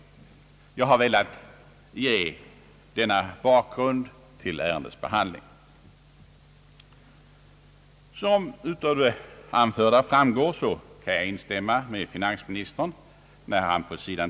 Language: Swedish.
Jag har velat belysa denna bakgrund till ärendets behandling. Som framgår av det anförda kan jag instämma med finansministern, när han på sid.